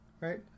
right